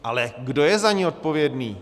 Ale kdo je za ni odpovědný?